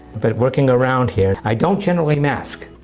but working around here. i don't generally mask,